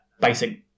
basic